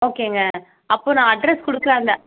ஓகேங்க அப்போ நான் அட்ரஸ் கொடுக்றேன் அந்த